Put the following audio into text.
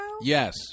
Yes